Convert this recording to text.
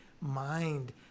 mind